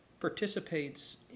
participates